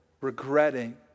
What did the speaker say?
regretting